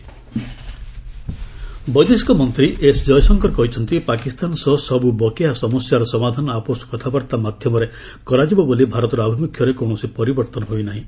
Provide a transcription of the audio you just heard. RS ୟୁଏସ୍ ପ୍ରେଜ୍ କାଶ୍ମୀର ବୈଦେଶିକ ମନ୍ତ୍ରୀ ଏସ୍ ଜୟଶଙ୍କର କହିଛନ୍ତି ପାକିସ୍ତାନ ସହ ସବୁ ବକେୟା ସମସ୍ୟାର ସମାଧାନ ଆପୋଷ କଥାବାର୍ତ୍ତା ମାଧ୍ୟମରେ କରାଯିବ ବୋଲି ଭାରତର ଆଭିମୁଖ୍ୟରେ କୌଣସି ପରିବର୍ତ୍ତନ ହୋଇନାହିଁ